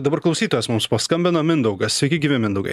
dabar klausytojas mums paskambino mindaugas sveiki gyvi mindaugai